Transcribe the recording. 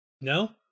No